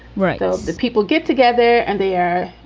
right. the people get together and they are